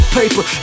paper